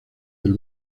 del